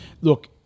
Look